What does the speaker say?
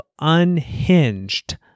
unhinged